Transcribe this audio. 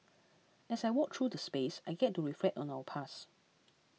as I walk through the space I get to reflect on our past